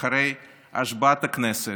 אחרי השבעת הכנסת,